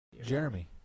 Jeremy